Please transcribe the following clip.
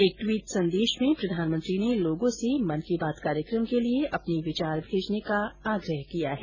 एक ट्वीट संदेश में प्रधानमंत्री ने लोगों से मन की बात कार्यक्रम के लिए अपने विचार भेजने का आग्रह किया है